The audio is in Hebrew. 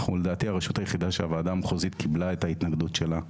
אנחנו לדעתי הרשות היחידה שהוועדה המחוזית קיבלה את ההתנגדות שלה,